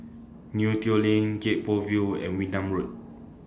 Neo Tiew Lane Gek Poh Ville and Wee Nam Road